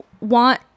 want